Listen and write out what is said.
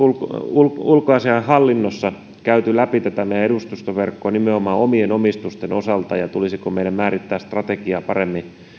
ulkoasiainhallinnossa käyty läpi tätä meidän edustustoverkkoa nimenomaan omien omistusten osalta ja tulisiko meidän määrittää strategiaa paremmin